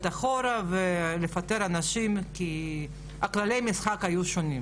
אחורה ולפטר אנשים כי כללי המשחק היו שונים.